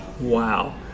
Wow